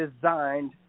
designed